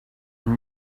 une